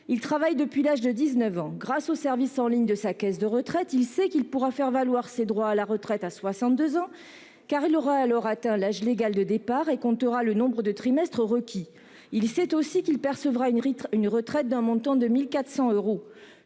il travaille depuis l'âge de 19 ans. Grâce aux services en ligne de sa caisse de retraite, il sait qu'il pourra faire valoir ses droits à la retraite à 62 ans, car il aura alors atteint l'âge légal de départ et comptera le nombre de trimestres requis. Il sait aussi qu'il percevra une retraite d'un montant de 1 400 euros.